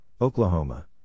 Oklahoma